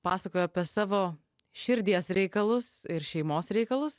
pasakojo apie savo širdies reikalus ir šeimos reikalus